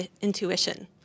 intuition